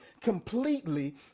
completely